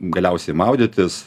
galiausiai maudytis